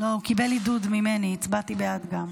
לוועדת החינוך, התרבות והספורט נתקבלה.